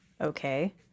Okay